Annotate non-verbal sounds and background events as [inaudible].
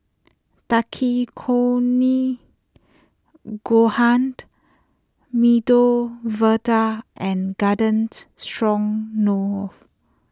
Takikomi Gohan [noise] Medu Vada and Garden Stroganoff